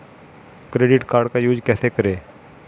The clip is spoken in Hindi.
क्रेडिट कार्ड का यूज कैसे करें?